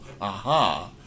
aha